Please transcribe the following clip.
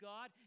God